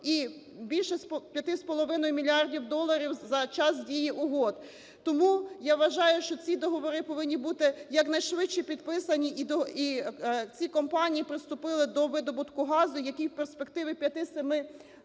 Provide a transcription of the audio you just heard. мільярдів доларів за час дії угод. Тому я вважаю, що ці договори повинні бути якнайшвидше підписані і ці компанії приступили до видобутку газу, який в перспективі 5-7 років